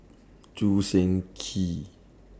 Choo Seng Quee